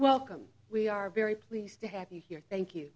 welcome we are very pleased to have you here thank you